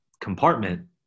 compartment